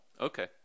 Okay